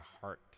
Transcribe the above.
heart